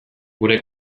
gure